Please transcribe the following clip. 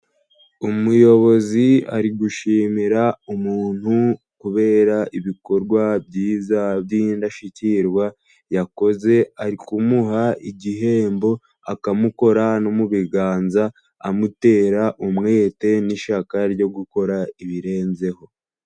Umuyobozi ari gushimira umuntu kubera ibikorwa byiza by'indashyikirwa yakoze, ari kumuha igihembo, akamukora no mu biganza amutera umwete n'ishyaka ryo gukora ibirenzeho.